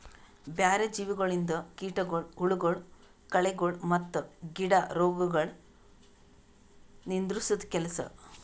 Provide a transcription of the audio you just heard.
ಬ್ಯಾರೆ ಜೀವಿಗೊಳಿಂದ್ ಕೀಟಗೊಳ್, ಹುಳಗೊಳ್, ಕಳೆಗೊಳ್ ಮತ್ತ್ ಗಿಡ ರೋಗಗೊಳ್ ನಿಂದುರ್ಸದ್ ಕೆಲಸ